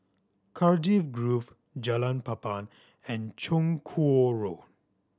Cardiff Grove Jalan Papan and Chong Kuo Road